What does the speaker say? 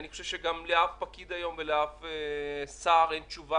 אני גם חושב שלאף פקיד היום ולאף שר אין תשובה